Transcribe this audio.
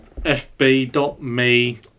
FB.me